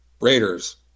Raiders